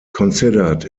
considered